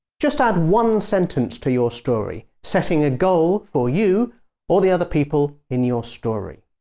just add one sentence to your story, setting a goal for you or the other people in your story.